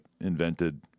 invented